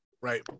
Right